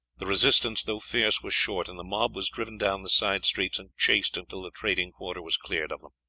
the resistance, though fierce, was short, and the mob was driven down the side streets and chased until the trading quarter was cleared of them.